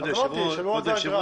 כבוד היושב ראש,